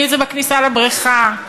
אם בכניסה לבריכה,